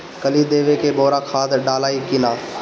कली देवे के बेरा खाद डालाई कि न?